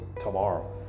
tomorrow